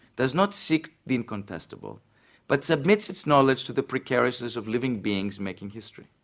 does not seek the incontestable but submits its knowledge to the precariousness of living beings making history.